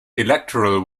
electoral